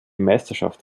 meisterschaft